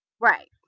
right